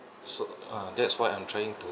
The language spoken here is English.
so ah that's what I'm trying to